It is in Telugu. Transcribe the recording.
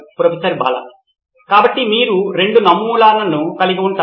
ప్రొఫెసర్ బాలా కాబట్టి మీరు రెండు నమూనాలను కలిగి ఉంటారు